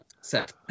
set